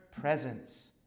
presence